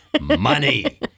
money